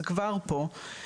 זה כבר פה.